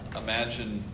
imagine